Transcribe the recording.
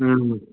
ꯎꯝ